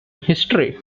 history